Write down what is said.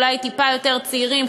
אולי טיפה יותר צעירים,